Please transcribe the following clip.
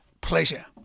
Pleasure